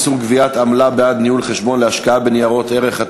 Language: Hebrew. איסור גביית עמלה בעד ניהול חשבון להשקעה בניירות ערך),